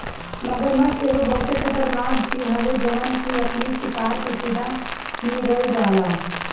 मगरमच्छ एगो बहुते खतरनाक जीव हवे जवन की अपनी शिकार के सीधा निगल जाला